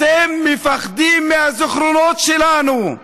אתם מפחדים מהזיכרונות שלנו,